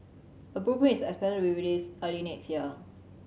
a blueprint is expected to be released early next year